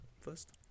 first